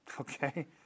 okay